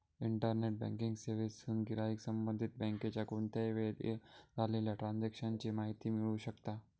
internet banking सेवेतसून गिराईक संबंधित बँकेच्या कोणत्याही वेळेक झालेल्या ट्रांजेक्शन ची माहिती मिळवू शकता